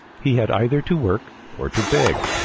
he had either to work or to beg.